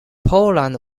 poland